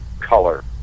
color